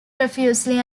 profusely